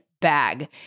bag